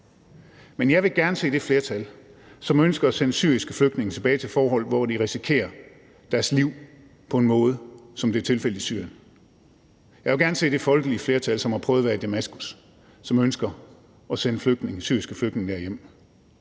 men jeg vil gerne se det flertal, som ønsker at sende syriske flygtninge tilbage til forhold, hvor de risikerer deres liv på en måde, som det er tilfældet i Syrien. Jeg vil gerne se det folkelige flertal, som har prøvet at være i Damaskus, som ønsker at sende syriske flygtninge derhjem.